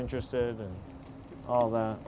interested in all that